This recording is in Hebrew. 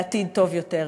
לעתיד טוב יותר.